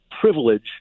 privilege